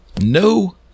No